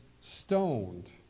stoned